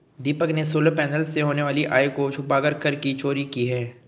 दीपक ने solar panel से होने वाली आय को छुपाकर कर की चोरी की है